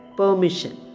permission